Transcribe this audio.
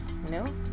No